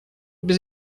без